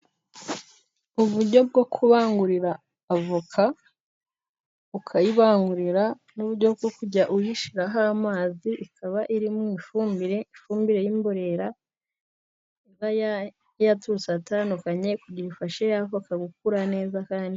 Uburyo bwo kubangurira avoka ukayibangurira, n'uburyo bwo kujya uyishyiraho amazi, ikaba iri mu ifumbire, ifumbire y'imborera , iba yaturutse ahatandukanye, kugirango ifashe ya avoka gukura neza kandi.